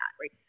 right